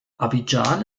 abidjan